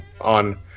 on